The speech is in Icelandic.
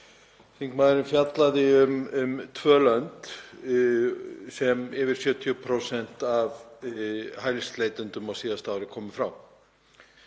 þingmaðurinn fjallaði um tvö lönd sem yfir 70% af hælisleitendum á síðasta ári komu frá.